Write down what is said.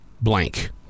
blank